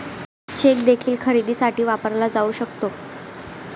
check देखील खरेदीसाठी वापरला जाऊ शकतो